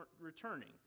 returning